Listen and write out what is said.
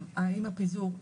האם הפיזור,